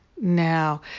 Now